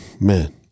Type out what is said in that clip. man